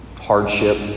hardship